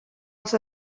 els